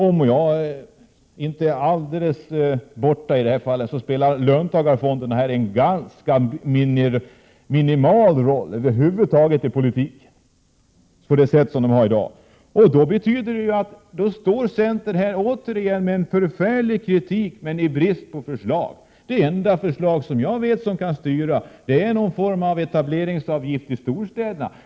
Om jag inte är alldeles borta i detta avseende spelar löntagarfonderna, som de ser ut i dag, en minimal roll över huvud taget i politiken. Detta betyder att centern står här med sin kritik men utan egna förslag. Det enda styrmedel jag känner till är någon form av etableringsavgift istorstäderna.